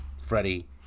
Freddie